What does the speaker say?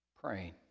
praying